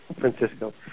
francisco